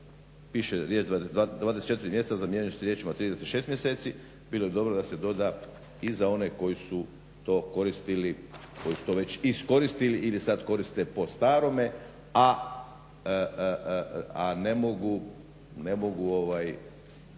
piše 24 mjeseca zamjenjuje se riječima 36 mjeseci, bilo bi dobro da se doda i za one koji su to već iskoristili ili sad koriste po starome, a ne mogu